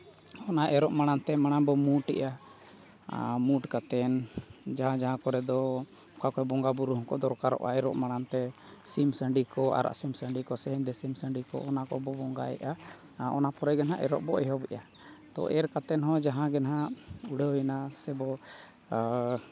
ᱚᱱᱟ ᱮᱨᱚᱜ ᱢᱟᱲᱟᱝᱛᱮ ᱢᱟᱲᱟᱝ ᱵᱚ ᱢᱩᱴᱮᱜᱼᱟ ᱟᱨ ᱢᱩᱴ ᱠᱟᱛᱮᱫ ᱡᱟᱦᱟᱸ ᱡᱟᱦᱟᱸ ᱠᱚᱨᱮ ᱫᱚ ᱚᱠᱟ ᱠᱚ ᱵᱚᱸᱜᱟᱼᱵᱩᱨᱩ ᱦᱚᱸᱠᱚ ᱫᱚᱨᱠᱟᱨᱚᱜᱼᱟ ᱤᱨᱚᱜ ᱢᱟᱲᱟᱝᱛᱮ ᱥᱤᱢ ᱥᱟᱹᱰᱤ ᱠᱚ ᱟᱨᱟᱜ ᱥᱤᱢ ᱥᱟᱹᱰᱤ ᱠᱚ ᱥᱮ ᱦᱮᱸᱫᱮ ᱥᱤᱢ ᱥᱟᱹᱰᱤ ᱠᱚ ᱚᱱᱟ ᱠᱚᱵᱚ ᱵᱚᱸᱜᱟᱭᱮᱜᱼᱟ ᱟᱨ ᱚᱱᱟ ᱯᱚᱨᱮ ᱜᱮ ᱱᱟᱦᱟᱜ ᱮᱨᱚᱜ ᱵᱚᱱ ᱮᱦᱚᱵ ᱮᱫᱼᱟ ᱛᱚ ᱮᱨᱚᱜ ᱠᱟᱛᱮᱫ ᱦᱚᱸ ᱡᱟᱦᱟᱸ ᱜᱮ ᱱᱟᱦᱟᱜ ᱩᱰᱷᱟᱹᱣ ᱮᱱᱟ ᱥᱮ ᱵᱚ ᱟᱨ